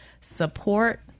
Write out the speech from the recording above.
support